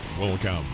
Welcome